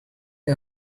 you